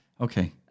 Okay